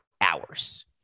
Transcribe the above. hours